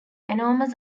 enormous